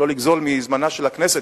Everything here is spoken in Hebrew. כדי לא לגזול מזמנה של הכנסת,